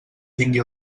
tingui